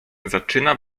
zaczyna